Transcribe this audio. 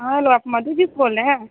hello आप मधूजीत बोल रहे हैं